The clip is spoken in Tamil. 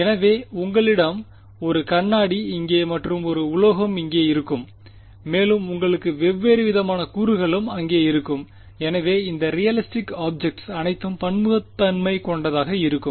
எனவே உங்களிடம் ஒரு கண்ணாடி இங்கே மற்றும் ஒரு உலோகம் இங்கே இருக்கும் மேலும் உங்களுக்கு வெவேறு விதமான கூறுகளும் அங்கே இருக்கும் எனவே இந்த ரியலிஸ்டிக் ஆப்ஜெக்ட்ஸ் அனைத்தும் பன்முகத்தன்மை கொண்டதாக இருக்கும்